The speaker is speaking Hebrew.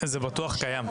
זה בטוח קיים.